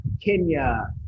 Kenya